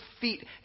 feet